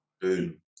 Boom